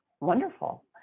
wonderful